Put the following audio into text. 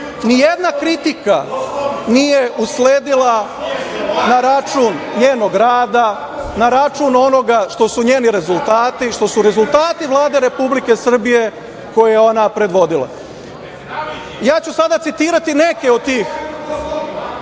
ni jedna kritika nije usledila na račun njenog rada, na račun onoga što su njeni rezultati, što su rezultati Vlade Republike Srbije koju je ona predvodila. Ja ću sada citirati neke od tih